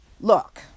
Look